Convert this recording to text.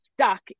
stuck